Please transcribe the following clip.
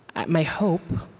my hope